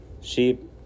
Sheep